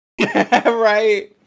right